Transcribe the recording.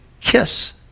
kiss